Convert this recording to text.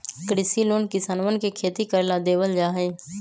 कृषि लोन किसनवन के खेती करे ला देवल जा हई